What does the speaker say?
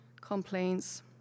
complaints